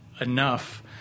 enough